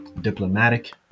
diplomatic